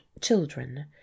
children